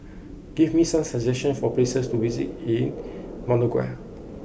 give me some suggestions for places to visit in Managua